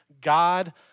God